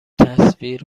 تصویر